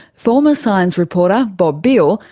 former science reporter, bob beale,